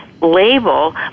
label